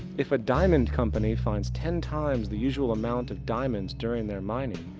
if a diamond company finds ten times the usual amount of diamonds during their mining,